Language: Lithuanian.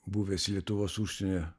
buvęs lietuvos užsienio